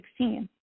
2016